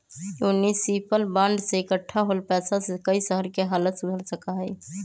municipal bond से इक्कठा होल पैसा से कई शहर के हालत सुधर सका हई